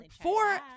Four